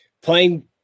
playing